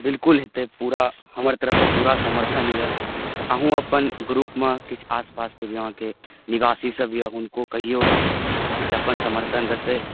बिलकुल हेतै पूरा हमर तरफसँ पूरा समर्थन यए अहूँ अपन ग्रुपमे किछु आस पासके एरियाके निवासीसभ यए हुनको कहियौ जे अपन समर्थन देतै